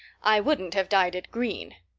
i wouldn't have dyed it green.